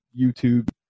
YouTube